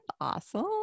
awesome